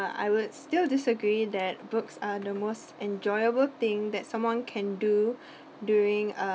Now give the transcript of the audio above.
I would still disagree that books are the most enjoyable thing that someone can do during uh